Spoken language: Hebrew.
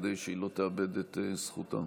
כדי שהיא לא תאבד את זכותה.